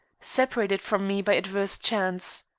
separated from me by adverse chance.